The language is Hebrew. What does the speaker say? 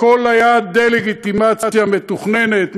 הכול היה דה-לגיטימציה מתוכננת.